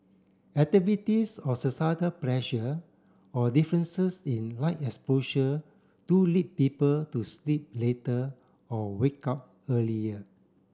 activities or societal pressure or differences in light exposure do lead people to sleep later or wake up earlier